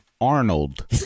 Arnold